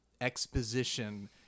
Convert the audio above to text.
exposition